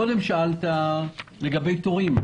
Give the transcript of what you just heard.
קודם שאלת מה קורה עם התורים.